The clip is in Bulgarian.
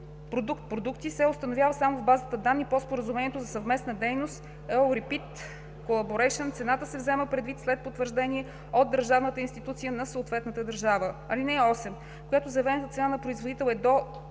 продукти се установи само в базата данни по Споразумението за съвместна дейност EURIPID Collaboration, цената се взема предвид след потвърждение от държавната институция на съответната държава. (8) Когато заявената цена на производител е до